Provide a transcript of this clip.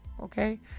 Okay